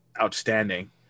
outstanding